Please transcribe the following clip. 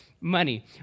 money